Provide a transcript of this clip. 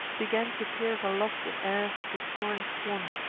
began to pierce aloft in air the soaring swan,